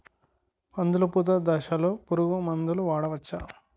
కందులు పూత దశలో పురుగు మందులు వాడవచ్చా?